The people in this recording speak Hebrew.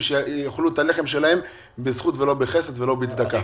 שהם יאכלו את הלחם שלהם בזכות ולא בחסד ולא בצדקה.